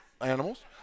animals